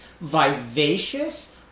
vivacious